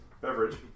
Beverage